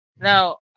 Now